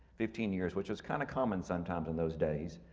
fifteen years, which was kinda common sometimes in those days.